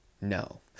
no